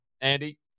Andy